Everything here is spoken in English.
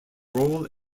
role